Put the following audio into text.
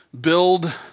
build